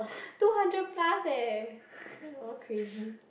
two hundred plus leh you all crazy